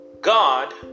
God